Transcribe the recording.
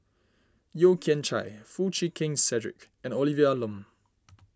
Yeo Kian Chye Foo Chee Keng Cedric and Olivia Lum